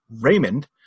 Raymond